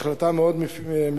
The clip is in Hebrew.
החלטה מאוד מקיפה,